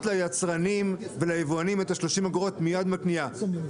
ליצרנים וליבואנים את ה-30 אגורות מייד- --,